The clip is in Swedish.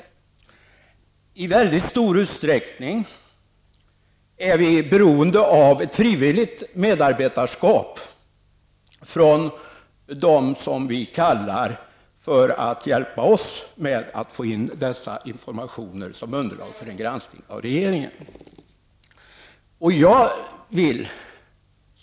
Vi är i mycket stor utsträckning beroende av en frivillig medverkan från dem som vi kallar för att hjälpa oss med att få in dessa informationer som underlag för en granskning av regeringen.